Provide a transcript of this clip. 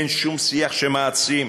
אין שום שיח שמעצים.